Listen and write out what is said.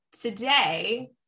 today